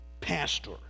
pastor